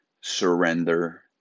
surrender